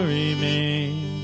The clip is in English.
remain